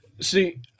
See